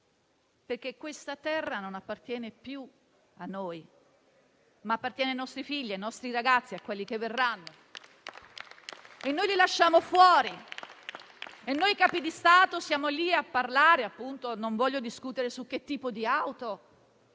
perché questa Terra non appartiene più a noi, ma appartiene ai nostri figli, ai nostri ragazzi, a quelli che verranno. E noi li lasciamo fuori e noi capi di Stato siamo lì a parlare. Non voglio discutere sul tipo di auto,